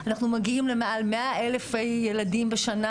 אנחנו מגיעים למעל 100 אלף ילדים בשנה